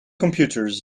computers